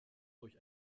durch